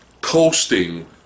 coasting